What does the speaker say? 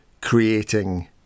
creating